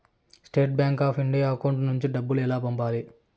State bank of India account నుంచి డబ్బులు ఎలా పంపాలి?